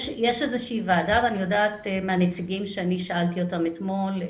יש איזו שהיא ועדה ואני יודעת מהנציגים ששאלתי אתמול,